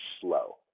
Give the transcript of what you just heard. slow